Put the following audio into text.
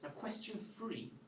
ah question three